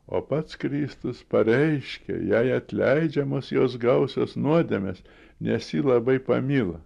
o pats kristus pareiškė jai atleidžiamos jos gausios nuodėmės nes ji labai pamilo